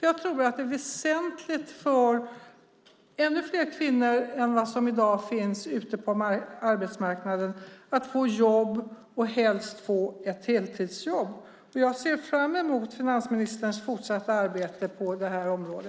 Jag tror att det är väsentligt för ännu fler kvinnor än dem som i dag finns ute på arbetsmarknaden att få jobb och att helst få ett heltidsjobb. Jag ser fram mot finansministerns fortsatta arbete på detta område.